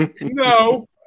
No